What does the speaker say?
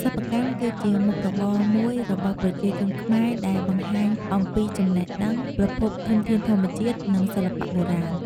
សិប្បកម្ម គឺជាមុខរបរមួយរបស់ប្រជាជនខ្មែរដែលបង្ហាញអំពីចំណេះដឹង ប្រភពធនធានធម្មជាតិ និងសិល្បៈបុរាណ។